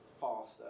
faster